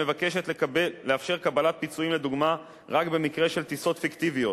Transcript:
המבקשת לאפשר קבלת פיצויים לדוגמה רק במקרה של טיסות פיקטיביות.